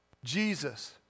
Jesus